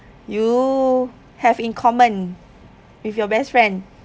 you have in common with your best friend